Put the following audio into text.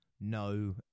no